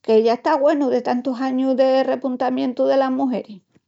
que ya está güenu de tantus añus de repuntamientu delas mugeris...